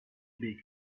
big